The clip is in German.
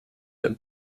der